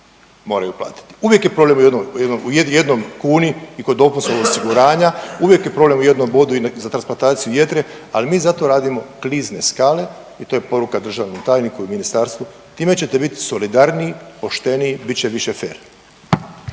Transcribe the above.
moraju platiti, uvijek je problem u jednoj, u jednoj, u jednoj kuni i kod dopusta osiguranja, uvijek je problem u jednom bodu i za transplantaciju jetre, al mi zato radimo klizne skale i to je poruka državnom tajniku i ministarstvu, time ćete bit solidarniji, pošteniji, bit će više fer.